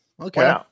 Okay